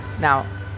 now